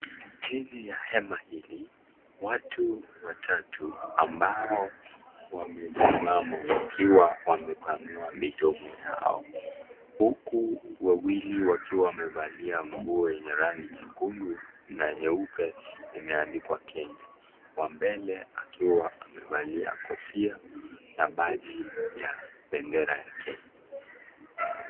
Chini ya hema hili watu watatu ambao wamesimama wakiwa wamepanua midomo yao huku wawili wakiwa wamevalia nguo yenye rangi nyekundu na nyeupe imeandikwa Kenya, wa mbele akiwa amevalia kofia na beji yenye bandera ya Kenya.